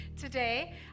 today